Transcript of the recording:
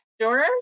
Sure